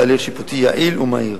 בהליך שיפוטי יעיל ומהיר.